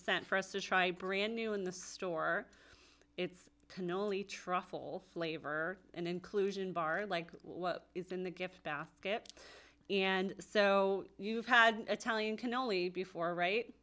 sent for us to try brand new in the store it's can only truffle flavor and inclusion bar like what is in the gift basket and so you've had a telling can only be for right